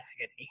agony